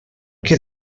què